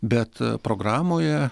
bet programoje